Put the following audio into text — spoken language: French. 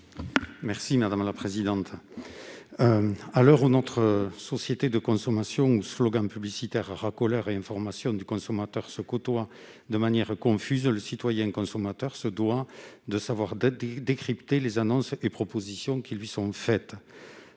Folliot, sur l'article. À l'heure où, dans notre société de consommation, les slogans publicitaires racoleurs et l'information du consommateur se côtoient de manière confuse, les citoyens-consommateurs se doivent de savoir décrypter les annonces et propositions qui leur sont faites.